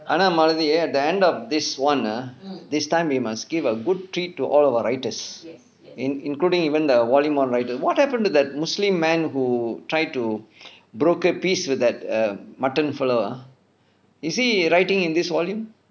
ஆனா:aanaa malathi at the end of this [one] ah this time we must give a good treat to all of our writers in including even the volume one writers what happened to that muslim man who tried to broker peace with that err mutton fella ah is he writing in this volume